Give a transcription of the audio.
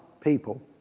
people